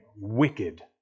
wicked